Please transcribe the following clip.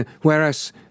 Whereas